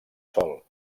sol